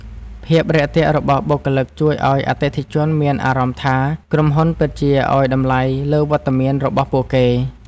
ភាពរាក់ទាក់របស់បុគ្គលិកជួយឱ្យអតិថិជនមានអារម្មណ៍ថា ក្រុមហ៊ុនពិតជាឱ្យតម្លៃលើវត្តមានរបស់ពួកគេ។